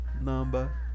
number